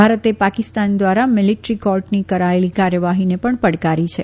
ભારતે પાકિસ્તાન ધ્વારા મીલેટ્રી કોર્ટની કરાયેલી કાર્યવાહીને પણ પડકારી છે